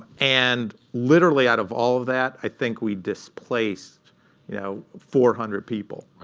and literally, out of all of that, i think we displaced you know four hundred people.